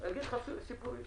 סיפור אישי: